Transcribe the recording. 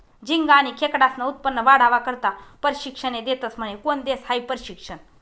झिंगा आनी खेकडास्नं उत्पन्न वाढावा करता परशिक्षने देतस म्हने? कोन देस हायी परशिक्षन?